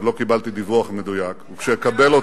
עוד לא קיבלתי דיווח מדויק, כשאקבל אותו,